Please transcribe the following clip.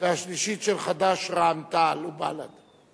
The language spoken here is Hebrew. והשלישית של חד"ש, רע"ם-תע"ל ובל"ד.